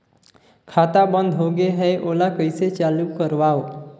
खाता बन्द होगे है ओला कइसे चालू करवाओ?